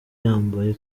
yambaye